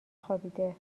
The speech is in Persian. خوابیده